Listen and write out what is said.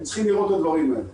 הם צריכים לראות את הדברים האלה.